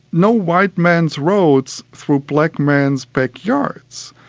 no white man's roads through black man's backyards.